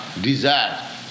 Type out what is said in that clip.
Desire